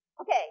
Okay